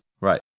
right